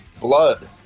blood